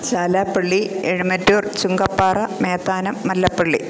Chalappally Ezhumattoor Chunkappara Methanam Mallappally